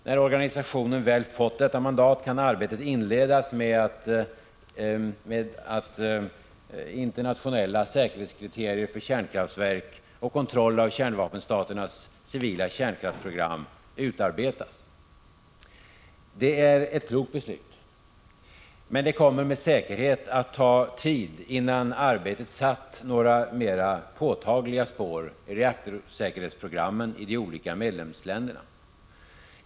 När organisationen väl fått detta mandat, kan arbetet inledas med att utarbeta internationella säkerhetskriterier för kärnkraftverk samt kontroll av kärnvapenstaternas civila kärnkraftsprogram. Det är ett klokt beslut regeringen fattat. Men det kommer med säkerhet att ta tid innan arbetet satt några mera påtagliga spår i reaktorsäkerhetspro = Prot. 1985/86:137 grammeni de olika medlemsländerna.